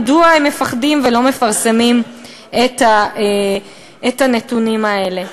מדוע הם מפחדים ולא מפרסמים את הנתונים האלה?